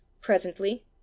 Presently